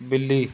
ਬਿੱਲੀ